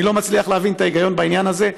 אני לא מצליח להבין את ההיגיון בעניין הזה.